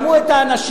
שמעו את האנשים,